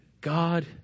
God